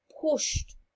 pushed